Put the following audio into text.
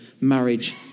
marriage